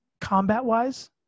combat-wise